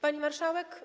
Pani Marszałek!